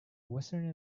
western